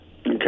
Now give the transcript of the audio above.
Okay